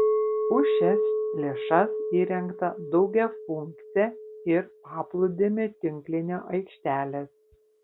už šias lėšas įrengta daugiafunkcė ir paplūdimio tinklinio aikštelės